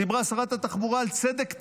ודיברה שרת התחבורה על צדק תחבורתי,